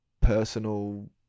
personal